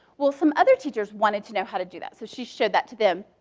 well some other teachers wanted to know how to do that. so she showed that to them.